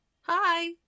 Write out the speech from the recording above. Hi